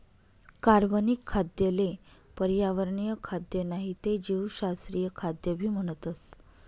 कार्बनिक खाद्य ले पर्यावरणीय खाद्य नाही ते जीवशास्त्रीय खाद्य भी म्हणतस